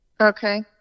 okay